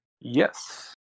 Yes